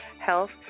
Health